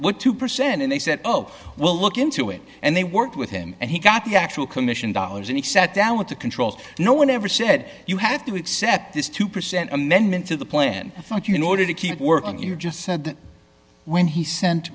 two percent and they said oh we'll look into it and they worked with him and he got the actual commission dollars and he sat down with the controls no one ever said you have to accept this two percent amendment to the plan i thought you can order to keep working you just said when he sent